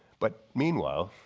but meanwhile